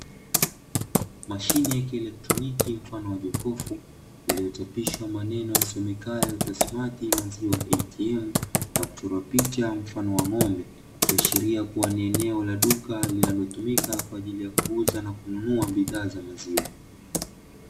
Mashine ya kieletroniki mfano wa jokofu, iliyochapishwa maneno yasomekayo "TASSMATT Maziwa ATM", na kuchorwa picha mfano wa ng'ombe, ikiashiria kuwa ni eneo la duka linalotumika kwa ajili ya kuuza na kununua bidhaa za maziwa.